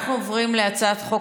אנחנו עוברים להצעת חוק